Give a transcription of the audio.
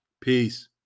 Peace